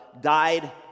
died